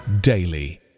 daily